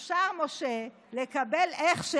אפשר, משה, לקבל הכשר